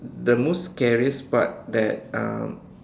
the most scariest part that um